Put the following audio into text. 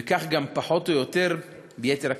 וכך גם פחות או יותר ביתר הקצבאות.